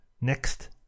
next